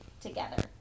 together